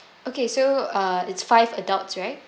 okay so uh it's five adults right